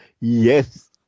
yes